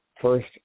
first